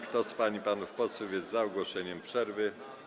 Kto z pań i panów posłów jest za ogłoszeniem przerwy?